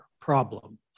problem